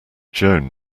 joan